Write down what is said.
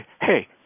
hey